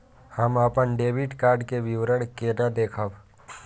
हम अपन debit card के विवरण केना देखब?